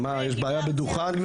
יש בעיה בדוכן?